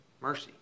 mercy